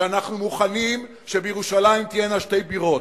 שאנחנו מוכנים שבירושלים תהיינה שתי בירות,